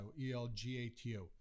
E-L-G-A-T-O